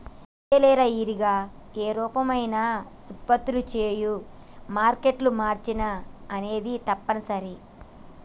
అంతేలేరా ఇరిగా ఏ యాపరం అయినా ఉత్పత్తులు చేయు మారేట్ల మార్చిన అనేది తప్పనిసరి